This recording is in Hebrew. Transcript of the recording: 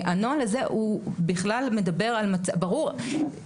הנוהל הזה בכלל מדבר על מצב ברור,